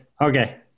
Okay